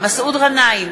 מסעוד גנאים,